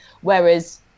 Whereas